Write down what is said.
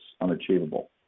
unachievable